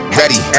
ready